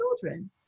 children